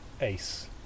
Ace